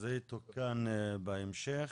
זה יתוקן בהמשך.